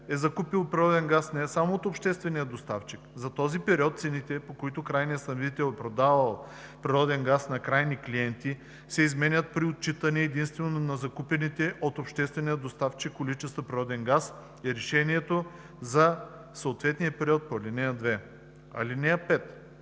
е закупувал природен газ не само от обществения доставчик, за този период цените, по които крайният снабдител е продавал природен газ на крайни клиенти, се изменят при отчитане единствено на закупените от обществения доставчик количества природен газ и решението за съответния период по ал. 2. (5)